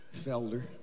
Felder